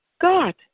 God